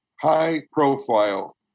high-profile